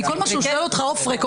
כל מה שהוא שואל אותך אוף-רקורד,